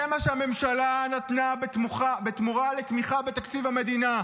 זה מה שהממשלה נתנה בתמורה לתמיכה בתקציב המדינה,